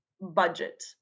budget